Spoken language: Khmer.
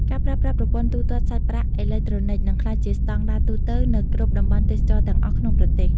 ការប្រើប្រាស់ប្រព័ន្ធទូទាត់សាច់ប្រាក់អេឡិចត្រូនិក នឹងក្លាយជាស្តង់ដារទូទៅនៅគ្រប់តំបន់ទេសចរណ៍ទាំងអស់ក្នុងប្រទេស។